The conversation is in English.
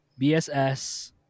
bss